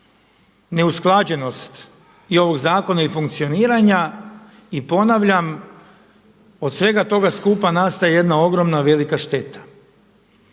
neusklađenost i ovog zakona i funkcioniranja i ponavljam od svega toga skupa nastaje jedna ogromna velika šteta.